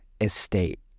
estate